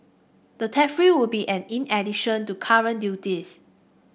the tariff would be in addition to current duties